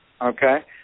okay